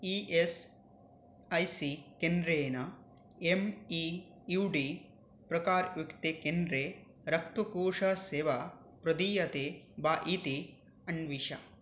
E S I C केन्द्रेन M E U D प्रकारयुक्ते केन्द्रे रक्तकोषसेवा प्रदीयते वा इति अन्विष